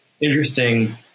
interesting